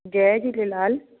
Jay Jhulelal